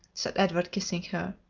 said edward, kissing her.